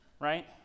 right